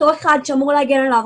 אותו אחד שאמור להגן עליו,